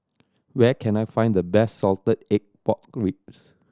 where can I find the best salted egg pork ribs